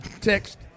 Text